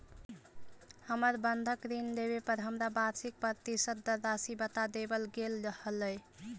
हमर बंधक ऋण लेवे पर हमरा वार्षिक प्रतिशत दर राशी बता देवल गेल हल